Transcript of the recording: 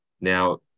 Now